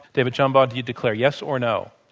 david shambaugh, do you declare yes, or no?